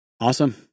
Awesome